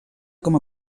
com